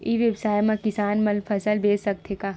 ई व्यवसाय म किसान मन फसल बेच सकथे का?